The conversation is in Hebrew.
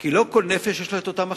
כי לא לכל נפש יש אותן הכנסות.